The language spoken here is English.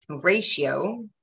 ratio